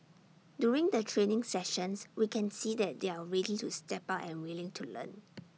during the training sessions we can see that they're ready to step up and willing to learn